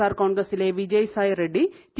R കോൺഗ്രസ്സിലെ വിജയസായ് റെഡ്ഡിടി